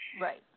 Right